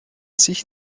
sich